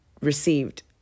received